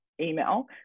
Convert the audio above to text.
email